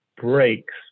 breaks